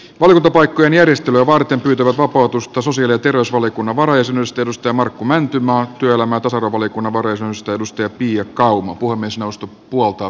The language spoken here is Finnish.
valiokuntapaikkojen järjestelyä varten pyytävät vapautusta sosiaali ja terveysvaliokunnan varajäsenyydestä markku mäntymaa ja työelämä ja tasa arvovaliokunnan varajäsenyydestä pia kauma